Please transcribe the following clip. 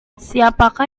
siapakah